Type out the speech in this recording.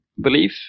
belief